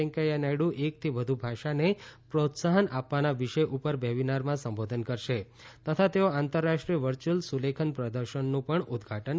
વૈકેંયા નાયડુ એકથી વધુ ભાષાને પ્રોત્સાહન આપવાના વિષય ઉપર વેબિનારમાં સંબોધન કરશે તથા તેઓ આંતરરાષ્ટ્રીય વર્ય્યુઅલ સુલેખન પ્રદર્શનનું પણ ઉદ્વઘાટન કરશે